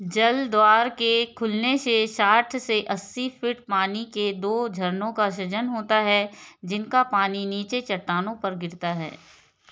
जल द्वार के खुलने से साठ से अस्सी फीट पानी के दो झरनों का सृजन होता है जिनका पानी नीचे चट्टानों पर गिरता है